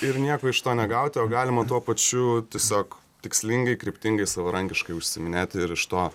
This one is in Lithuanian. ir nieko iš to negauti o galima tuo pačiu tiesiog tikslingai kryptingai savarankiškai užsiiminėti ir iš to